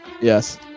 Yes